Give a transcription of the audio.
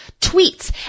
tweets